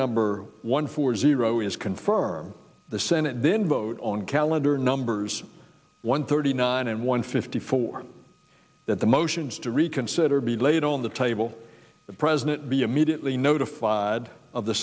number one four zero is confirmed the senate then vote on calendar numbers one thirty nine and one fifty four that the motions to reconsider be laid on the table the president be immediately notified of the